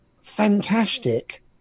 fantastic